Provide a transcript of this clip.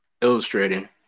illustrating